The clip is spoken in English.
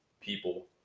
people